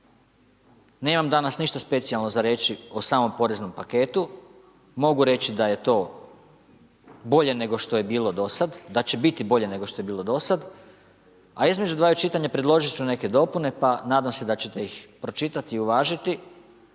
nemam danas ništa specijalno za reći o samom poreznom paketu, mogu reći da je to bolje nego što je bilo do sad, da će biti bolje nego što je bilo do sad, a između dvaju čitanja predložit ću neke dopune pa nadam se da ćete ih pročitat i uvažiti,